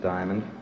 Diamond